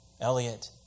Elliot